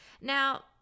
Now